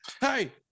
hey